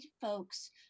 folks